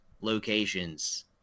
locations